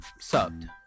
subbed